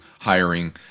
hiring